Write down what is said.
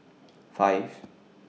five